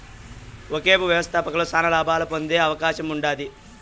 ఒకేపు వ్యవస్థాపకతలో శానా లాబాలు పొందే అవకాశముండాది